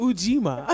Ujima